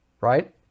Right